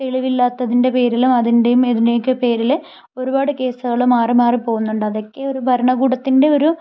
തെളിവ് ഇല്ലാത്തതിൻ്റെ പേരിൽ അതിൻ്റെയും ഇതിൻ്റെയുമൊക്കെ പേരിൽ ഒരുപാട് കേസുകൾ മാറി മാറി പോകുന്നുണ്ട് അതൊക്കെ ഒരു ഭരണകൂടത്തിൻ്റെ ഒരു